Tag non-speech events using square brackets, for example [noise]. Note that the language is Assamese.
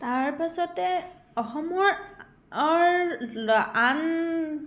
তাৰ পাছতে অসমৰৰ [unintelligible] আন